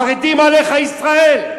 חרדים עליך ישראל.